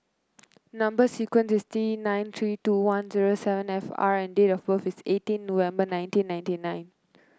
number sequence is T nine three two one zero seven five R and date of birth is eighteen November nineteen ninety nine